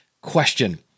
question